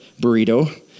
burrito